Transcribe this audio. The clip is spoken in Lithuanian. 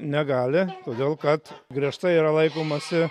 negali todėl kad griežtai yra laikomasi